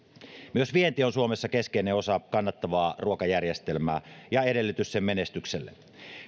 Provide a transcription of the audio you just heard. myös vienti on suomessa keskeinen osa kannattavaa ruokajärjestelmää ja edellytys sen menestykselle